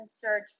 search